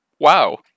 wow